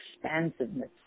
expansiveness